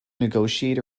negotiate